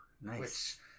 nice